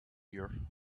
year